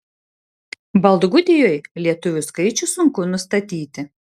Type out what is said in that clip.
baltgudijoj lietuvių skaičių sunku nustatyti